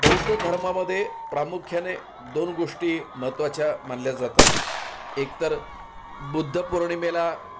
बौद्ध धर्मामध्ये प्रामुख्याने दोन गोष्टी महत्त्वाच्या मानल्या जातात एकतर बुद्ध पौर्णिमेला